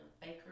Baker